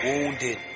Wounded